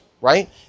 right